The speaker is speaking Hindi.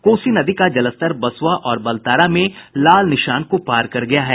कोसी नदी का जलस्तर बसुआ और बलतारा में लाल निशान को पार कर गया है